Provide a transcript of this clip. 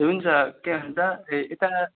हुन्छ के भन्छ यता